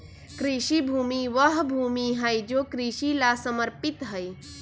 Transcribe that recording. कृषि भूमि वह भूमि हई जो कृषि ला समर्पित हई